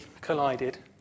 collided